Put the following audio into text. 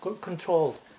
controlled